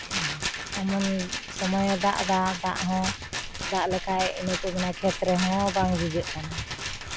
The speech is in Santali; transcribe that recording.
ᱮᱢᱚᱱ ᱥᱚᱢᱚᱭᱮ ᱫᱟᱜ ᱮᱫᱟ ᱫᱟᱜ ᱦᱚᱸ ᱫᱟᱜ ᱞᱮᱠᱷᱟᱡ ᱤᱱᱟᱹ ᱠᱚ ᱢᱮᱱᱟ ᱠᱷᱮᱛ ᱨᱮᱦᱚᱸ ᱵᱟᱝ ᱵᱷᱤᱡᱟᱹᱜ ᱠᱟᱱᱟ